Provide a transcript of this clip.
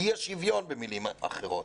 אי השוויון במילים אחרות